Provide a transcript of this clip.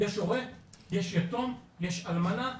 יש הורה, יש יתום, יש אלמנה.